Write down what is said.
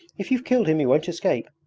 if you've killed him he won't escape.